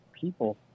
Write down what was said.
people